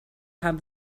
have